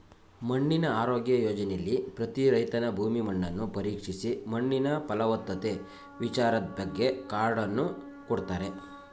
ಮಣ್ಣಿನ ಆರೋಗ್ಯ ಯೋಜನೆಲಿ ಪ್ರತಿ ರೈತನ ಭೂಮಿ ಮಣ್ಣನ್ನು ಪರೀಕ್ಷಿಸಿ ಮಣ್ಣಿನ ಫಲವತ್ತತೆ ವಿಚಾರದ್ಬಗ್ಗೆ ಕಾರ್ಡನ್ನು ಕೊಡ್ತಾರೆ